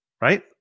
right